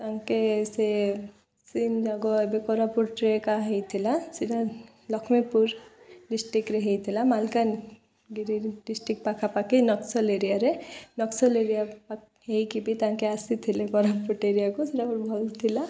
ତାଙ୍କେ ସେ ସନ ଯକ ଏବେ କୋରାପୁଟରେ ଏକା ହେଇଥିଲା ସେଟା ଲକ୍ଷ୍ମୀପୁର ଡିଷ୍ଟ୍ରିକ୍ଟରେ ହୋଇଥିଲା ମାଲକାନଗିରି ଡିଷ୍ଟ୍ରିକ୍ଟ ପାଖାପାଖି ନକ୍ସଲ ଏରିଆରେ ନକ୍ସଲ ଏରିଆ ହେଇକି ବି ତାଙ୍କେ ଆସିଥିଲେ କୋରାପୁଟ ଏରିଆକୁ ସେଟାକଟ ଭଲ ଥିଲା